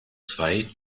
zwei